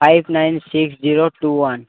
five nine six zero two one